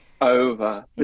over